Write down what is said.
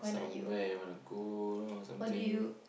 somewhere you wanna go or something